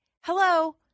Hello